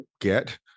get